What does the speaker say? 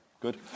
Good